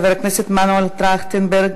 חבר הכנסת מנואל טרכטנברג